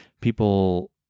People